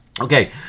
Okay